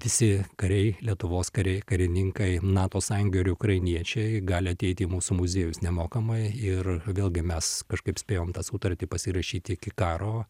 visi kariai lietuvos kariai karininkai nato sąjunga ir ukrainiečiai gali ateiti į mūsų muziejus nemokamai ir vėlgi mes kažkaip spėjom tą sutartį pasirašyti iki karo